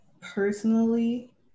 personally